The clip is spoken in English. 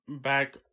back